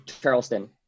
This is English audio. Charleston